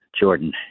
Jordan